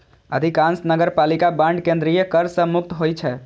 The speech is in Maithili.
अधिकांश नगरपालिका बांड केंद्रीय कर सं मुक्त होइ छै